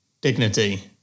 dignity